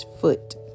foot